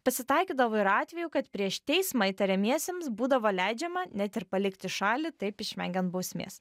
pasitaikydavo ir atvejų kad prieš teismą įtariamiesiems būdavo leidžiama net ir palikti šalį taip išvengiant bausmės